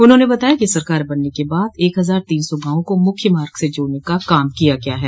उन्होंने बताया कि सरकार बनने के बाद एक हजार तीन सौ गांवों को मुख्य मार्ग से जोड़ने का काम किया गया है